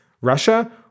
Russia